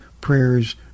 prayers